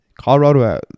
Colorado